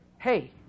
Hey